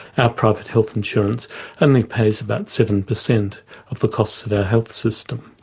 our private health insurance only pays about seven percent of the costs of our health system,